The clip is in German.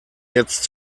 jetzt